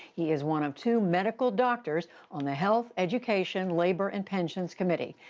he is one of two medical doctors on the health, education, labor and pensions committee.